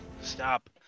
stop